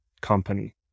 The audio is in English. company